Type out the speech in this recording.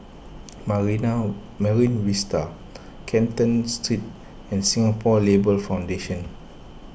Marine Vista Canton Street and Singapore Labour Foundation